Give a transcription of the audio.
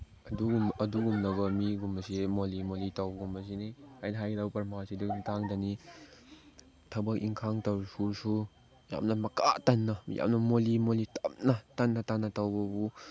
ꯑꯗꯨꯒꯨꯝꯂꯕ ꯃꯤꯒꯨꯝꯕꯁꯤ ꯃꯣꯂꯤ ꯃꯣꯂꯤ ꯇꯧꯕꯒꯨꯝꯕꯁꯤꯅꯤ ꯑꯩꯅ ꯍꯥꯏꯒꯗꯧꯕ ꯄ꯭ꯔꯃꯥꯟ ꯑꯁꯤꯒꯤ ꯃꯇꯥꯡꯗꯅꯤ ꯊꯕꯛ ꯏꯟꯈꯥꯡ ꯇꯧꯔꯁꯨ ꯌꯥꯝꯅ ꯃꯀꯥ ꯇꯟꯅ ꯌꯥꯝꯅ ꯃꯣꯂꯤ ꯃꯣꯂꯤ ꯇꯞꯅ ꯇꯟꯅ ꯇꯟꯅ ꯇꯧꯕꯕꯨ